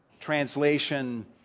Translation